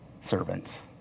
servants